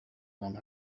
long